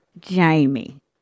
Jamie